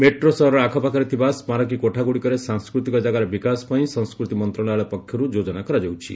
metro ସହରର ଆଖପାଖରେ ଥିବା ସ୍ମାରକୀ କୋଠାଗୁଡ଼ିକରେ ସାଂସ୍କୃତିକ ଜାଗାର ବିକାଶ ପାଇଁ ସଂସ୍କୃତି ମନ୍ତ୍ରଣାଳୟ ପକ୍ଷରୁ ଯୋଜନା କରାଯାଉଛି